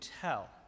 tell